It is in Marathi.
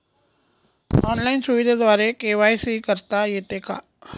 ऑनलाईन सुविधेद्वारे के.वाय.सी करता येते का?